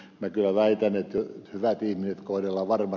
minä kyllä väitän että hyväkin koetella varma